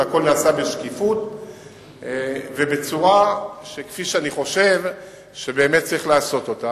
והכול נעשה בשקיפות ובצורה שאני חושב שבה באמת צריך לעשות זאת.